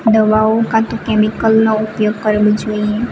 દવાઓ કા તો કેમિકલનો ઉપયોગ કરવો જોઈએ